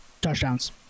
touchdowns